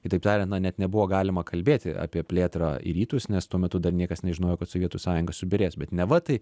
kitaip tariant na net nebuvo galima kalbėti apie plėtrą į rytus nes tuo metu dar niekas nežinojo kad sovietų sąjunga subyrės bet neva tai